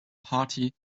party